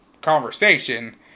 conversation